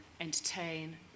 entertain